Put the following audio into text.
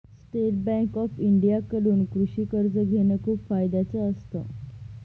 state bank of India कडून कृषि कर्ज घेण खूप फायद्याच असत